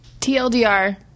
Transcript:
TLDR